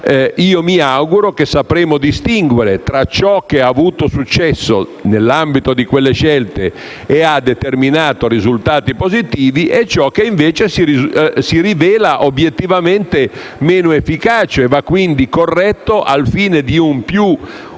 mi auguro che sapremo distinguere tra ciò che ha avuto successo nell'ambito di quelle scelte determinando risultati positivi e ciò che invece si rivela obiettivamente meno efficace e va quindi corretto al fine di un più utile